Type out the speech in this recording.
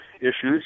issues